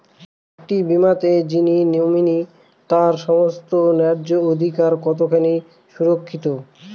একটি বীমাতে যিনি নমিনি তার সমস্ত ন্যায্য অধিকার কতখানি সুরক্ষিত?